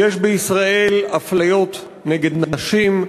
יש בישראל אפליות נשים.